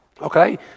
Okay